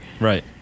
Right